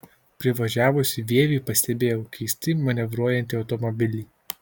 privažiavusi vievį pastebėjau keistai manevruojantį automobilį